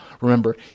Remember